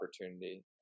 opportunity